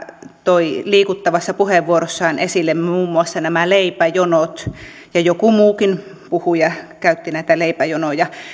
toi liikuttavassa puheenvuorossaan esille muun muassa nämä leipäjonot joku muukin puhuja käytti näitä leipäjonoja